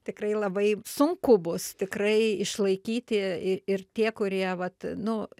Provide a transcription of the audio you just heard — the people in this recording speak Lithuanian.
tikrai labai sunku bus tikrai išlaikyti ir tie kurie vat nu